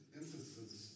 instances